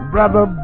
Brother